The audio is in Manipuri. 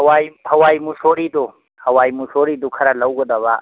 ꯍꯋꯥꯏ ꯍꯋꯥꯏ ꯃꯨꯛꯁꯣꯔꯤꯗꯣ ꯍꯋꯥꯏ ꯃꯨꯛꯁꯣꯔꯤꯗꯣ ꯈꯔ ꯂꯧꯒꯗꯕ